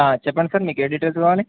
చెప్పండి సార్ మీకు ఏ డిటల్స్ కాగాని